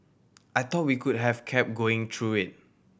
I thought we could have kept going through it